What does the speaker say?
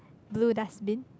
blue dustbin